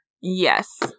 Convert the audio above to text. Yes